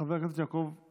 חבר הכנסת יצחק